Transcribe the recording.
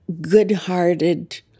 good-hearted